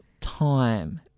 time